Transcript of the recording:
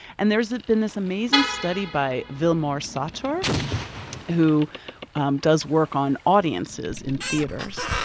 and there's been this amazing study by willmar sauter, who um does work on audiences in theaters.